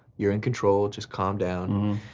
you're in control, just calm down.